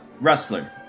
wrestler